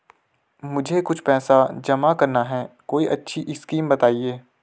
मुझे कुछ पैसा जमा करना है कोई अच्छी स्कीम बताइये?